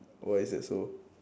why is that so